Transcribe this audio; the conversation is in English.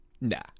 Nah